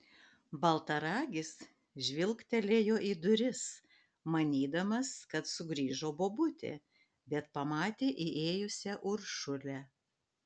baltaragis žvilgtelėjo į duris manydamas kad sugrįžo bobutė bet pamatė įėjusią uršulę